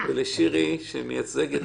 לגבי ולשירי שמייצגת